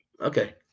Okay